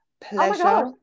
pleasure